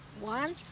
one